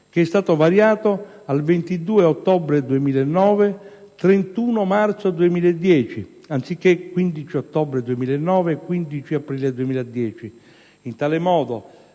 che è stato variato dal 22 ottobre 2009 al 31 marzo 2010, anziché dal 15 ottobre 2009 al 15 aprile 2010. In tale modo,